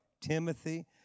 Timothy